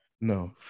No